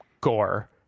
gore